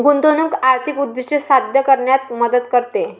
गुंतवणूक आर्थिक उद्दिष्टे साध्य करण्यात मदत करते